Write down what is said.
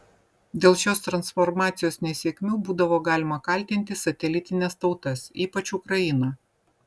dėl šios transformacijos nesėkmių būdavo galima kaltinti satelitines tautas ypač ukrainą